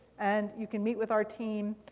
and you can meet with our team,